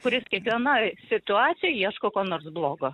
kuris kiekvienoj situacijoj ieško ko nors blogo